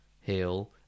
heal